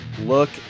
look